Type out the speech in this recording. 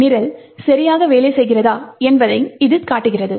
நிரல் சரியாக வேலை செய்கிறது என்பதை இது காட்டுகிறது